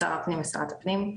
שר הפנים ושרת הפנים.